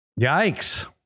yikes